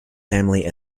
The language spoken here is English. family